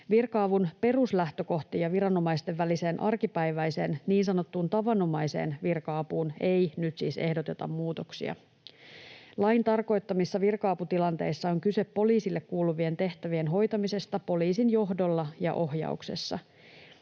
Virka-avun peruslähtökohtiin ja viranomaisten väliseen arkipäiväiseen, niin sanottuun tavanomaiseen virka-apuun, ei nyt siis ehdoteta muutoksia. Lain tarkoittamissa virka-aputilanteissa on kyse poliisille kuuluvien tehtävien hoitamisesta poliisin johdolla ja ohjauksessa.